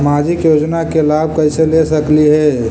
सामाजिक योजना के लाभ कैसे ले सकली हे?